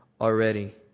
already